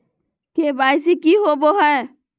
KYC की होबो है?